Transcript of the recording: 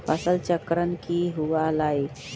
फसल चक्रण की हुआ लाई?